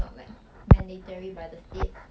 err actually 蛮不错 leh